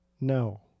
no